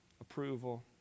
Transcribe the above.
approval